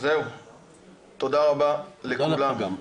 תודה רבה לכולם.